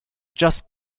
just